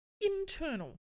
internal